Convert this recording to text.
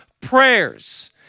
prayers